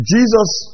Jesus